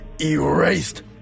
Erased